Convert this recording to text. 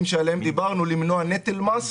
דמי הצלחה.